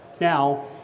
Now